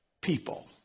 people